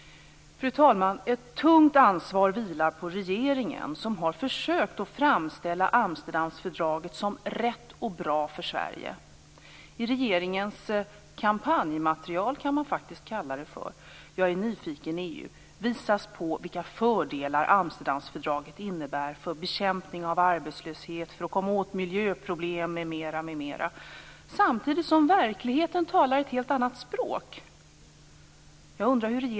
Fru talman! Ett tungt ansvar vilar på regeringen, som har försökt att framställa Amsterdamfördraget som rätt och bra för Sverige. I regeringens material Jag är nyfiken EU - kampanjmaterial, kan man faktiskt kalla det - visas på vilka fördelar fördraget innebär för bekämpning av arbetslöshet, för att komma år miljöproblem, m.m. Samtidigt talar verkligheten ett helt annat språk.